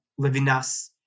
Levinas